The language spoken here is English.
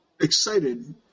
excited